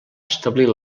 establir